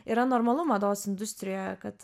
yra normalu mados industrijoje kad